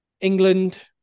England